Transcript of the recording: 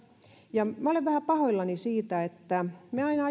ja minä olen vähän pahoillani siitä että aina